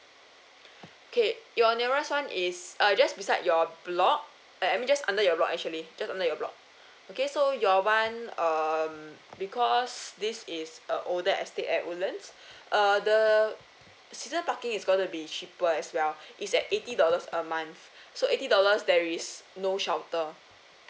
okay your nearest one is uh just beside your block eh I mean just under your block actually just under your block okay so your one um because this is a older estate at woodlands err the season parking is going to be cheaper as well is at eighty dollars a month so eighty dollars there is no shelter